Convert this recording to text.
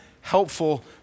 helpful